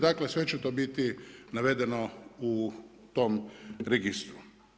Dakle, sve će to biti navedeno u tom registru.